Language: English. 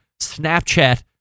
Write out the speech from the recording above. Snapchat